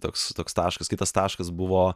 toks toks taškas kitas taškas buvo